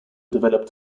developed